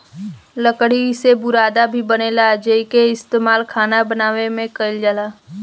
लकड़ी से बुरादा भी बनेला जेइके इस्तमाल खाना बनावे में कईल जाला